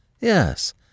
Yes